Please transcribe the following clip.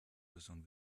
person